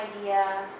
idea